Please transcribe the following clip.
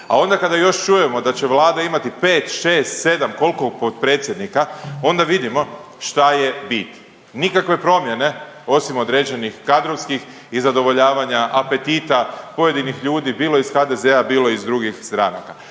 A onda kada još čujemo da će vlada imati 5, 6, 7 koliko potpredsjednika onda vidimo šta je bit. Nikakve promjene osim određenih kadrovskih i zadovoljavanja apetita pojedinih ljudi bilo iz HDZ-a, bilo iz drugih stranaka,